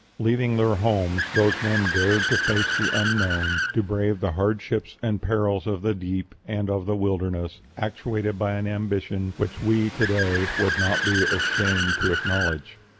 leaving their homes, those men dared to face the unknown, to brave the hardships and perils of the deep and of the wilderness, actuated by an ambition which we to-day would not be ashamed to acknowledge.